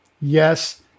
yes